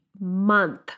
month